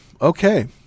okay